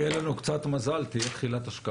אם יהיה לנו קצת מזל תהיה תחילת השקעה.